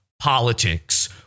politics